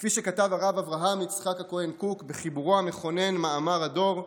כפי שכתב הרב אברהם יצחק הכהן קוק בחיבורו המכונן "מאמר הדור":